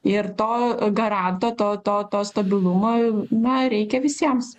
ir to garanto to to to stabilumo na reikia visiems